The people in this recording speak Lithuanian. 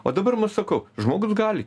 o dabar sakau žmogus gali